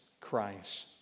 Christ